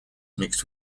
mixed